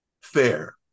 fair